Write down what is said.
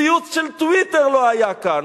ציוץ של "טוויטר" לא היה כאן.